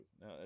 now